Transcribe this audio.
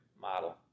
model